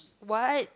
what